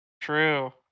True